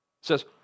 says